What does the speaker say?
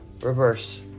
reverse